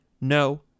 no